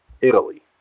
Italy